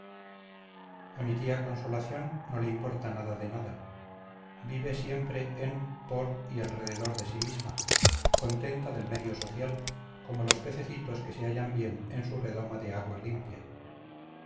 a mi tía consolación no le importa nada de nada vive siempre en por y alrededor de sí misma contenta del medio social como los pececitos que se hallan bien en su redoma de agua limpia